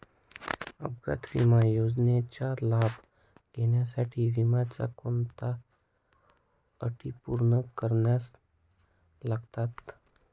अपघात विमा योजनेचा लाभ घेण्यासाठी विम्याच्या कोणत्या अटी पूर्ण कराव्या लागतात?